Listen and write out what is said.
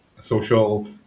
social